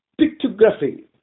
pictography